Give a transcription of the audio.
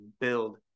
build